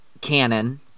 canon